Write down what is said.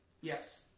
Yes